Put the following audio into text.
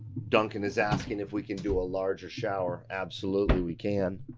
duncan is asking if we can do a larger shower, absolutely we can.